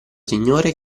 signore